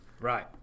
Right